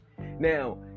now